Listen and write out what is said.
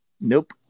Nope